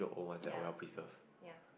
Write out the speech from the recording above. ya ya